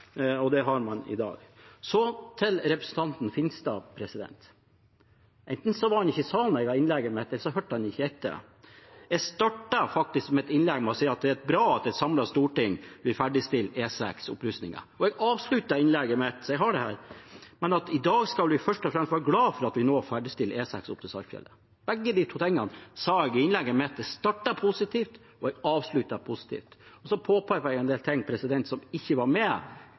og den har man i dag. Til representanten Finstad: Enten var han ikke i salen da jeg holdt innlegget mitt, eller så hørte han ikke etter. Jeg startet faktisk mitt innlegg med å si at det er bra at et samlet storting vil ferdigstille E6-opprustningen, og jeg avsluttet innlegget mitt med – jeg har det her – at i dag skal vi først og fremst være glad for at vi nå ferdigstiller E6 opp til Saltfjellet. Begge deler sa jeg i innlegget mitt. Jeg startet positivt, og jeg avsluttet positivt, og så påpekte jeg en del ting som ikke er med